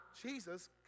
Jesus